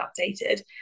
updated